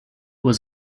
was